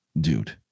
Dude